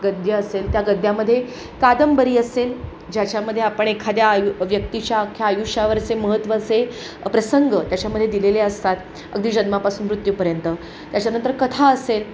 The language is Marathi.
गद्य असेल त्या गद्यामध्ये कादंबरी असेल ज्याच्यामध्ये आपण एखाद्या आयु व्यक्तीच्या अख्ख्या आयुष्यावरचे महत्वाचे प्रसंग त्याच्यामध्ये दिलेले असतात अगदी जन्मापासून मृत्यूपर्यंत त्याच्यानंतर कथा असेल